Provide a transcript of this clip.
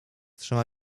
trzyma